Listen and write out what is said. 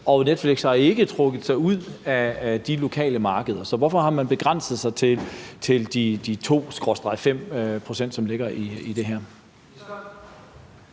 og Netflix har ikke trukket sig ud af de lokale markeder. Så hvorfor har man begrænset sig til de 2 skråstreg 5 pct., som ligger i det her?